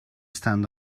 stand